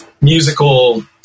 musical